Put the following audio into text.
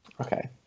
Okay